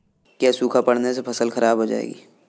क्या सूखा पड़ने से फसल खराब हो जाएगी?